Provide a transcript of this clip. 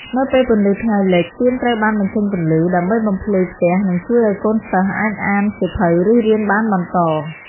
នៅពេលពន្លឺថ្ងៃលិច ទៀនត្រូវបានបញ្ចេញពន្លឺ ដើម្បីបំភ្លឺផ្ទះនិងជួយឱ្យកូនសិស្សអាចអានសៀវភៅឬរៀនបានបន្ត។